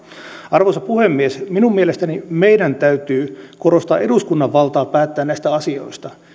arvoisa puhemies minun mielestäni meidän täytyy korostaa eduskunnan valtaa päättää näistä asioista